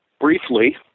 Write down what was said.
briefly